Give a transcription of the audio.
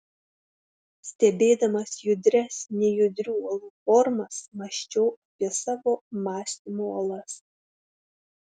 stebėdamas judrias nejudrių uolų formas mąsčiau apie savo mąstymo uolas